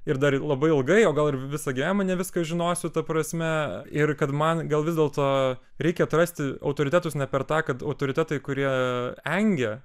ir dar labai ilgai o gal ir visą gyvenimą ne viską žinosiu ta prasme ir kad man gal vis dėlto reikia atrasti autoritetus ne per tą kad autoritetai kurie engia